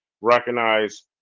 recognize